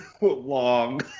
long